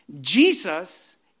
Jesus